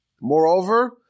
Moreover